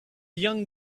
young